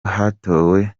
hatowe